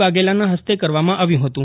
વાઘેલાના ફસ્તે કરવામાં આવ્યું હતું